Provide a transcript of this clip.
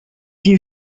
you